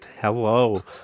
Hello